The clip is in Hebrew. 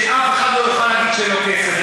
שאף אחד לא יוכל להגיד שאין לו כסף.